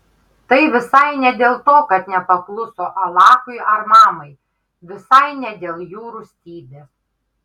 tai visai ne dėl to kad nepakluso alachui ar mamai visai ne dėl jų rūstybės